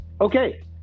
okay